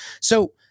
So-